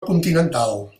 continental